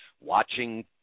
watching